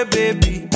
baby